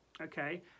okay